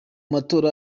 matora